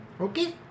Okay